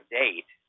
date